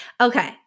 Okay